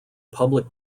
public